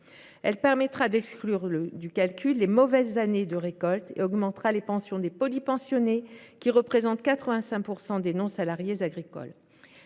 elle exclura du calcul les mauvaises années de récolte et augmentera les pensions des polypensionnés, qui sont 85 % des non salariés agricoles.